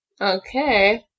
Okay